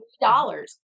dollars